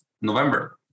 November